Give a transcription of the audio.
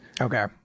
Okay